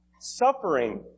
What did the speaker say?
Suffering